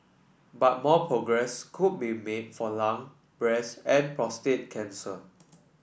but more progress could be made for lung breast and prostate cancer